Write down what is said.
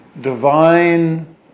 divine